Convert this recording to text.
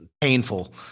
painful